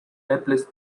applies